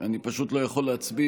אני פשוט לא יכול להצביע,